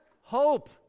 Hope